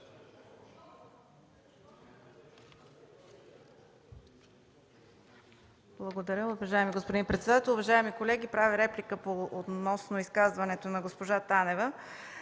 Благодаря. Уважаеми господин председател, уважаеми колеги, правя реплика относно изказването на госпожа Танева.